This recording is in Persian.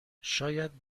شاید